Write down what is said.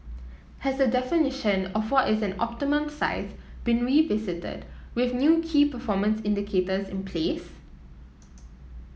has the definition of what is an optimal size been revisited with new key performance indicators in place